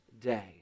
day